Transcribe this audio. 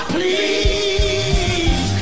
Please